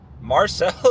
Marcel